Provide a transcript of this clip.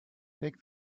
take